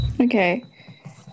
Okay